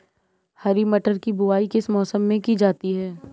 हरी मटर की बुवाई किस मौसम में की जाती है?